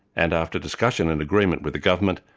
and after discussion and agreement with the government,